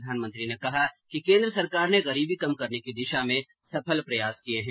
प्रधानमंत्री ने कहा कि केन्द्र सरकार ने गरीबी कम करने की दिशा में सफल प्रयास किये हैं